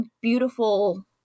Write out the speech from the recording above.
beautiful